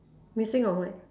missing on where